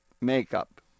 makeup